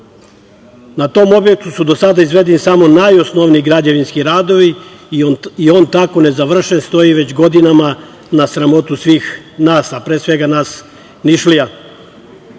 Na tom objektu su do sada izvedeni samo najosnovniji građevinski radovi i on tako nezavršen stoji već godinama, na sramotu svih nas, a pre svega nas Nišlija.U